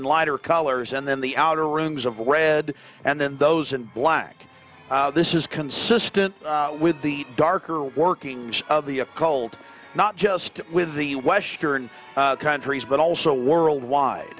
in lighter colors and then the outer rings of red and then those in black this is consistent with the darker workings of the a cold not just with the western countries but also worldwide